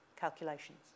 calculations